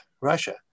Russia